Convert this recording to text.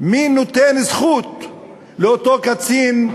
מי נותן זכות לאותו קצין,